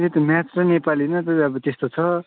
त्यही त मेथ्स र नेपालीमा त अब त्यस्तो छ